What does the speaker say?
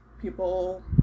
people